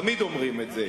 תמיד אומרים את זה.